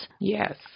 Yes